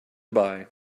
buy